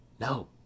No